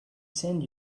send